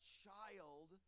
child